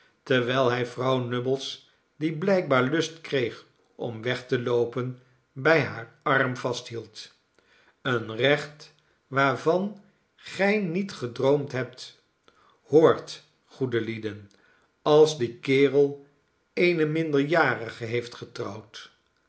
terwijl hij vrouw nubbles die blijkbaar lust kreeg om weg te loopen bij haar arm vasthield een recht waarvan gij niet gedroomd hebt hoort goede lieden als die kerel eene minderjarige heeft getrouwd